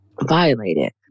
violated